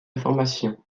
information